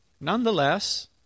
Nonetheless